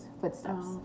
footsteps